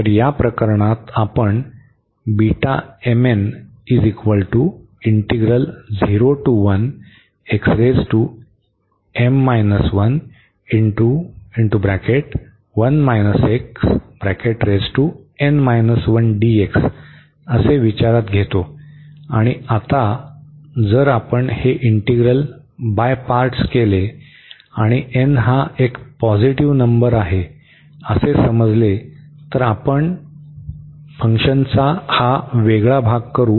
तर या प्रकरणात आपण विचार करतो आणि आता जर आपण हे इंटीग्रल बाय पार्टस केले आणि n हा एक पॉझिटिव्ह नंबर आहे असे समजले तर आपण फंक्शनचा हा भाग वेगळा करू